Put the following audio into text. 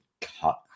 cut